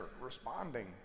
responding